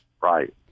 Right